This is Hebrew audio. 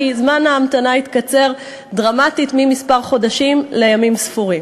כי זמן ההמתנה יתקצר דרמטית מכמה חודשים לימים ספורים.